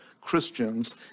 Christians